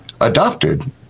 adopted